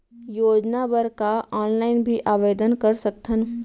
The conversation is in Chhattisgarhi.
योजना बर का ऑनलाइन भी आवेदन कर सकथन?